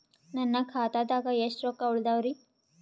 ನನ್ನ ಖಾತಾದಾಗ ಎಷ್ಟ ರೊಕ್ಕ ಉಳದಾವರಿ?